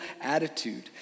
attitude